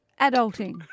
Adulting